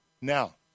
Now